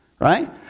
right